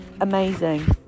amazing